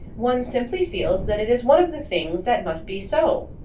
one simply feels that it is one of the things that must be so.